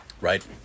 Right